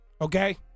okay